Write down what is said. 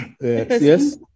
Yes